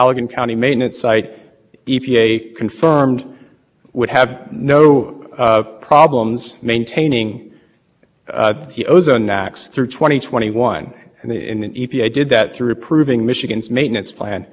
michigan's maintenance plan and noted that that was true even without the benefits of care and that any maintenance problems could be resolved through contingency contingency provisions